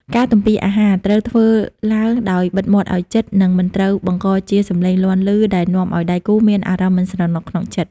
ការទំពារអាហារត្រូវធ្វើឡើងដោយបិទមាត់ឱ្យជិត និងមិនត្រូវបង្កជាសំឡេងលាន់ឮដែលនាំឱ្យដៃគូមានអារម្មណ៍មិនស្រណុកក្នុងចិត្ត។